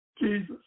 Jesus